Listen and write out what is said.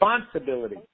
responsibility